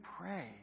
pray